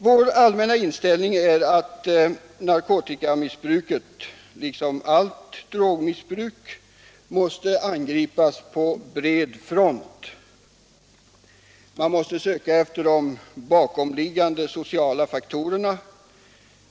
Vår allmänna inställning är att narkotikamissbruket liksom allt drogmissbruk måste angripas på bred front. Man måste söka efter de bakomliggande sociala faktorerna.